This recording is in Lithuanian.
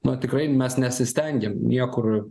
na tikrai mes nesistengėm niekur